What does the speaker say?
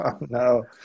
No